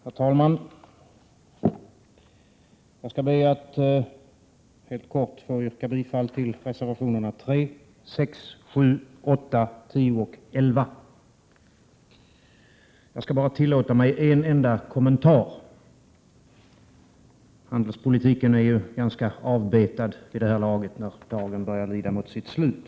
Herr talman! Jag ber att få yrka bifall till reservationerna 3, 6, 7, 8, 10 och 11. Jag skall därutöver tillåta mig bara en enda kommentar — handelspolitiken är ju ganska avbetad vid det här laget när dagen börjar lida mot sitt slut.